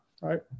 right